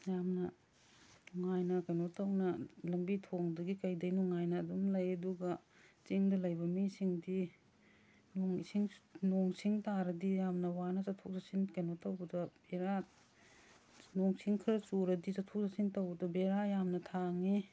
ꯌꯥꯝꯅ ꯅꯨꯡꯉꯥꯏꯅ ꯀꯩꯅꯣ ꯇꯧꯅ ꯂꯝꯕꯤ ꯊꯣꯡꯗꯒꯤ ꯀꯩꯗꯩ ꯅꯨꯡꯉꯥꯏꯅ ꯑꯗꯨꯝ ꯂꯩ ꯑꯗꯨꯒ ꯆꯤꯡꯗ ꯂꯩꯕ ꯃꯤꯁꯤꯡꯗꯤ ꯅꯣꯡ ꯏꯁꯤꯡ ꯅꯣꯡ ꯁꯤꯡ ꯇꯥꯔꯗꯤ ꯌꯥꯝꯅ ꯋꯥꯅ ꯆꯠꯊꯣꯛ ꯆꯠꯁꯤꯟ ꯀꯩꯅꯣ ꯇꯧꯕꯗ ꯕꯦꯔꯥ ꯅꯣꯡ ꯁꯤꯡ ꯈꯔ ꯆꯨꯔꯗꯤ ꯆꯠꯊꯣꯛ ꯆꯠꯁꯤꯟ ꯇꯧꯕꯗ ꯕꯦꯔꯥ ꯌꯥꯝꯅ ꯊꯥꯡꯏ